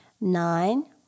Nine